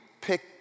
pick